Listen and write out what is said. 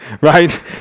right